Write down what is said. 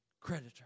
Creditor